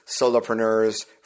solopreneurs